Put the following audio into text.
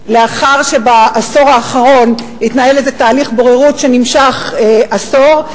לאחר שבעשור האחרון התנהל איזה תהליך בוררות שנמשך עשור,